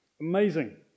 Amazing